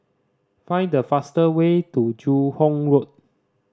find the fast way to Joo Hong Road